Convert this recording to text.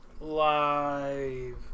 Live